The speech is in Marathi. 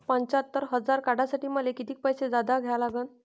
पंच्यात्तर हजार काढासाठी मले कितीक पैसे जादा द्या लागन?